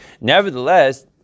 Nevertheless